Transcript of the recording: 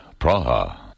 Praha